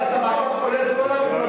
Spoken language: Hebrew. ועדת המעקב כוללת את התגובות,